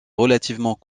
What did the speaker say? relativement